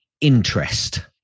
interest